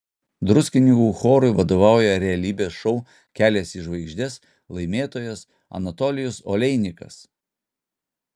druskininkų chorui vadovauja realybės šou kelias į žvaigždes laimėtojas anatolijus oleinikas